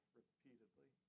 repeatedly